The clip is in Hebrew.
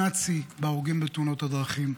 שנת שיא בהרוגים בתאונות הדרכים.